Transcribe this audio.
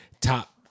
top